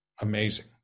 amazing